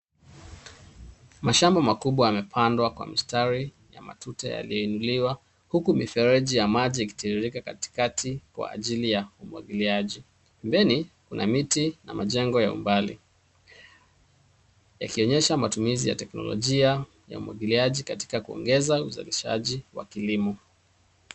Mashamba makubwa yamepandwa kwa mistari ya matuta yaliyo inuliwa huku mifereji ya maji ikitiririka katikati kwa ajili ya umwagiliaji. Pembeni kuna miti na majengo ya umbali yakionyesha matumizi ya teknolojia ya umwagiliaji katika kuongeza uzalishaji wavkilimo.